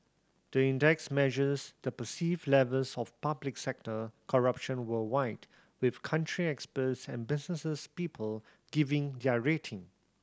the index measures the perceived levels of public sector corruption worldwide with country experts and business people giving their rating